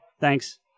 Thanks